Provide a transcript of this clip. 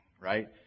right